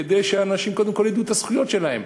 כדי שאנשים קודם כול ידעו את הזכויות שלהם.